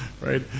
right